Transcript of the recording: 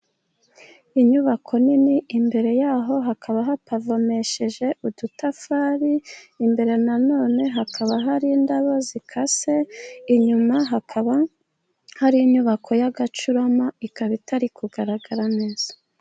Inyubako nini imbere y'aho hakaba hapavomesheje udutafari, imbere nanone hakaba hari indabo zikase. Inyuma hakaba hari inyubako y'agacurama, ikaba itari kugaragara neza.